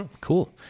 Cool